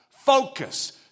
Focus